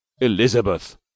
Elizabeth